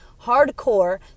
hardcore